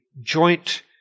joint